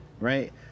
right